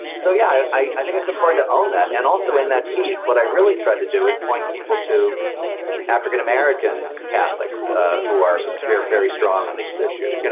so, yeah, i think it's important to own that. and also in that piece, what i really tried to do is point people to african-american catholics who are very, very strong on these issues. you know,